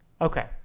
Okay